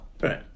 Right